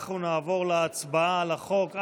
אנחנו נעבור להצבעה על החוק.